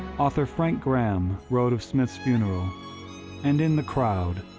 author frank graham wrote of smith's funeral and in the crowd,